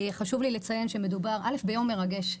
מדובר ביום מרגש.